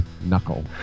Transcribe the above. knuckle